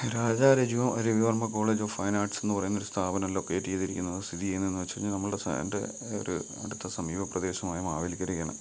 രാജാ രജി Ravivarma college of fine ആർട്ട്സ്ന്ന് പറയുന്ന ഒരു സ്ഥാപനം ലൊക്കേറ്റ് ചെയ്തിരിക്കുന്നത് സ്ഥിതി ചെയ്യുന്നതെന്ന് വച്ച് കഴിഞ്ഞാൽ നമ്മൾടെ സ എൻ്റെ ഒര് അടുത്ത സമീപ പ്രദേശമായ മാവേലിക്കരയാണ്